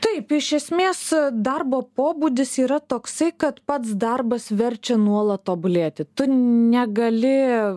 taip iš esmės darbo pobūdis yra toksai kad pats darbas verčia nuolat tobulėti tu negali